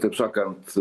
taip sakant